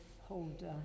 hold